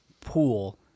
pool